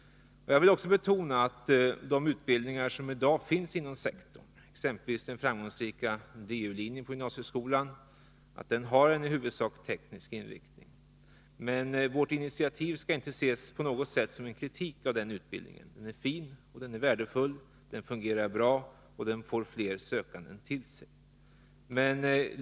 Jag vill också betona att även om de utbildningar som i dag finns inom sektorn, exempelvis den framgångsrika Du-linjen på gymnasiet, har en i huvudsak teknisk inriktning, skall vårt initiativ inte på något sätt ses som en kritik mot den utbildningen. Den är värdefull, den fungerar bra och den får fler sökande till sig.